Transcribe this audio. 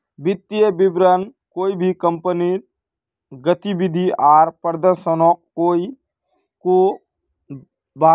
वित्तिय विवरण कोए भी कंपनीर गतिविधि आर प्रदर्शनोक को बताहा